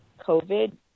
COVID